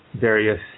various